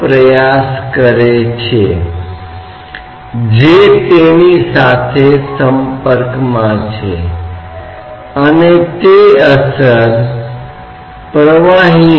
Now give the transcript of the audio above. जब आप विचार के तहत बाई अवस्था को लेते हैं तो हमें यह कहना चाहिए कि बाई अवस्था पर दबाव p है और उसके अनुरूप बल 1 में है जो कि द्रव तत्व की चौड़ाई है